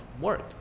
work